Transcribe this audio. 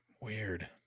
Weird